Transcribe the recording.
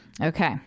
Okay